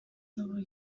n’uburyo